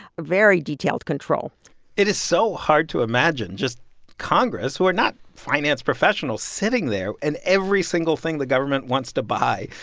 very detailed control it is so hard to imagine just congress, who are not finance professionals, sitting there, and every single thing the government wants to buy,